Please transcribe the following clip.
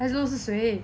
issac 是谁